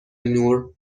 نور